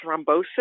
thrombosis